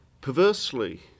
perversely